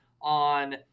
on